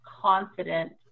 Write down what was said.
confident